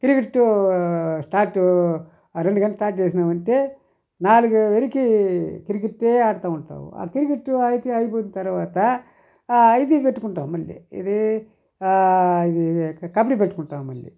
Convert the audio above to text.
cricket start రెండు గంటలకు start చేసినామంటే నాలుగు వరికి క్రికెట్టే ఆడతా ఉంటాము ఆ క్రికెట్టు అయితే అయిపోయిన తర్వాత ఐపి పట్టుకుంటాం మళ్ళీ ఇది ఇది కబడి పెట్టుకుంటాం మళ్ళీ